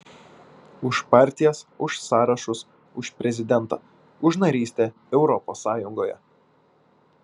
už partijas už sąrašus už prezidentą už narystę europos sąjungoje